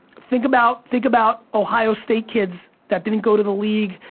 think about think about ohio state kids that didn't go to the league,